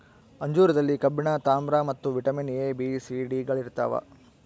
ಅಂಜೂರದಲ್ಲಿ ಕಬ್ಬಿಣ ತಾಮ್ರ ಮತ್ತು vitamin A B C D ಗಳಿರ್ತಾವ